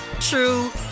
true